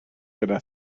gyda